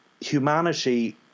humanity